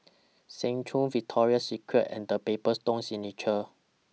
Seng Choon Victoria Secret and The Paper Stone Signature